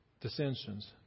dissensions